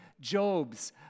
Job's